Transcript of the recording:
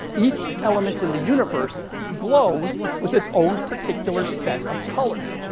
each element in the universe glows with its own particular set of colors.